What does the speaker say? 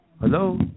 Hello